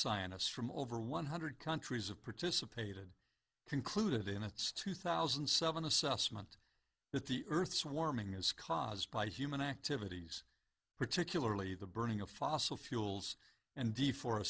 scientists from over one hundred countries of participated concluded in its two thousand and seven assessment that the earth's warming is caused by human activities particularly the burning of fossil fuels and defore